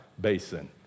basin